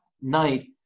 night